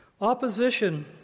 Opposition